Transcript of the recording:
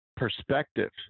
perspective